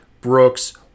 Brooks